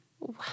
Wow